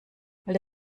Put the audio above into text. weil